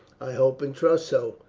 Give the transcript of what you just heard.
i hope and trust so,